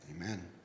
Amen